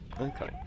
okay